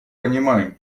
понимаем